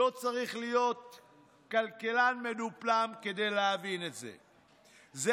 לא צריך להיות כלכלן מדופלם כדי להבין את זה.